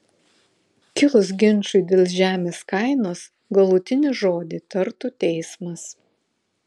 kilus ginčui dėl žemės kainos galutinį žodį tartų teismas